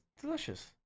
delicious